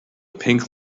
pink